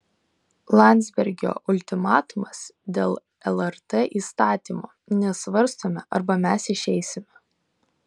landsbergio ultimatumas dėl lrt įstatymo nesvarstome arba mes išeisime